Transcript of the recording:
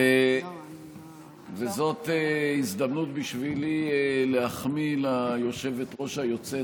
וזאת הזדמנות בשבילי להחמיא ליושבת-ראש היוצאת,